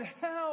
help